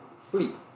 sleep